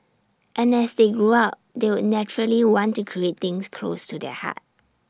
and as they grew up they would naturally want to create things close to their heart